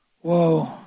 Whoa